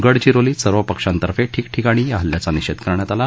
गडचिरोलीत सर्व पक्षांतर्फे ठिकठिकाणी या हल्ल्याचा निषेध करण्यात आला